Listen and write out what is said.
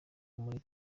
muri